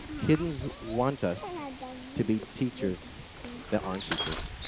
kids want us to be teachers that aren't teachers.